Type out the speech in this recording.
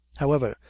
however,